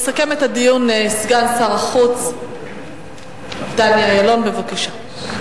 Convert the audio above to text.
יסכם את הדיון סגן שר החוץ דני אילון, בבקשה.